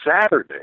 Saturday